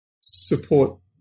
support